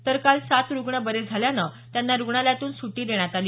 तर काल सात रुग्ण बरे झाल्यानं त्यांना रुग्णालयातून सुटी देण्यात आली